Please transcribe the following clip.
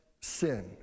Sin